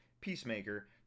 Peacemaker